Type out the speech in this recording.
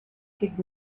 kid